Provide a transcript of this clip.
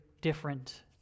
different